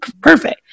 perfect